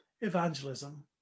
evangelism